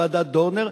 ועדת-דורנר,